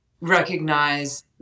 recognize